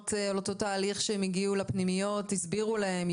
שאמרת לפני שהם הגיעו לפנימיות?